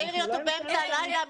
תעירי אותו באמצע הלילה,